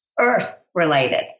earth-related